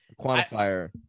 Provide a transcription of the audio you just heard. Quantifier